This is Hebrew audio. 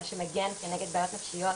מה שמגן כנגד בעיות נפשיות